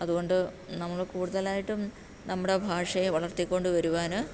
അതുകൊണ്ട് നമ്മൾ കൂടുതലായിട്ടും നമ്മുടെ ഭാഷയെ വളർത്തിക്കൊണ്ടു വരുവാൻ